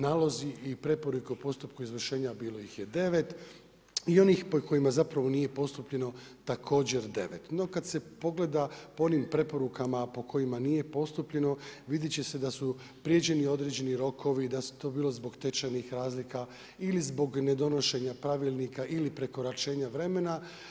Nalozi i preporuke o postupku izvršenja, bilo ih je 9 i onih po kojima zapravo nije postupljeno, također 9. No kad se pogleda, po onim preporukama, po kojima nije postupljeno, vidjet će se da su prijeđeni određeni rokovi, da su to bilo zbog tečajnih razlika ili zbog nedonošenje pravilnika ili prekoračenja vremena.